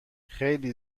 خیلی